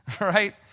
right